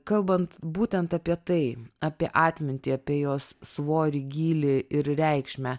kalbant būtent apie tai apie atmintį apie jos svorį gylį ir reikšmę